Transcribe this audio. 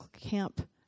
camp